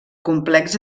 complex